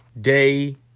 Day